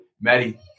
Maddie